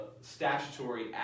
statutory